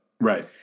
Right